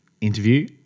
interview